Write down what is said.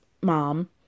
mom